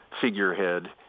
figurehead